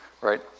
right